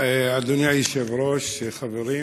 אדוני היושב-ראש, חברים,